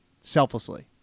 selflessly